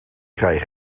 krijg